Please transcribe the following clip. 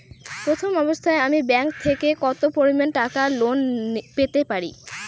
প্রথম অবস্থায় আমি ব্যাংক থেকে কত পরিমান টাকা লোন পেতে পারি?